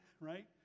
right